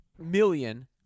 Million